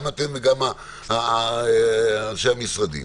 גם אתם וגם אנשי המשרדים,